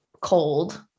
cold